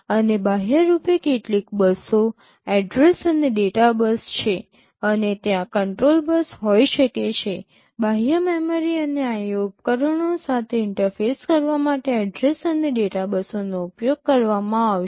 અને બાહ્યરૂપે કેટલીક બસો એડ્રેસ અને ડેટા બસ છે અને ત્યાં કંટ્રોલ બસ હોઈ શકે છે બાહ્ય મેમરી અને IO ઉપકરણો સાથે ઇન્ટરફેસ કરવા માટે એડ્રેસ અને ડેટા બસોનો ઉપયોગ કરવામાં આવશે